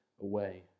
away